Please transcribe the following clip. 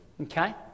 Okay